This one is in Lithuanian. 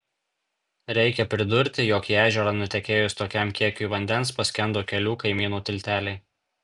reikia pridurti jog į ežerą nutekėjus tokiam kiekiui vandens paskendo kelių kaimynų tilteliai